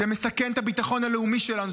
זה מסכן את הביטחון הלאומי שלנו,